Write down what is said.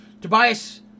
Tobias